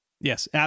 Yes